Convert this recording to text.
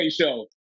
show